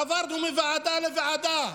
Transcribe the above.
עברנו מוועדה לוועדה,